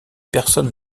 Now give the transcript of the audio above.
personne